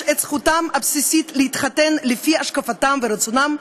את זכותם הבסיסית להתחתן לפי השקפתם ורצונם,